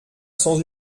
sans